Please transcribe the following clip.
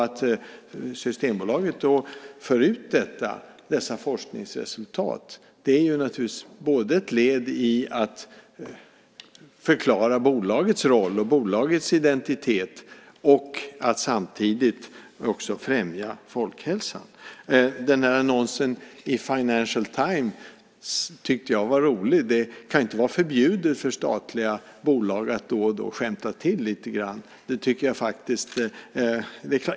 Att Systembolaget för ut dessa forskningsresultat är naturligtvis ett led i att förklara Systembolagets roll och identitet och samtidigt främja folkhälsan. Annonsen i Financial Times tyckte jag var rolig. Det kan inte vara förbjudet för statliga bolag att då och då skämta till lite grann.